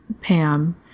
Pam